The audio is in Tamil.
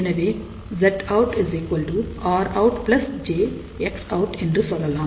எனவே ZoutRout j Xout என்று சொல்லலாம்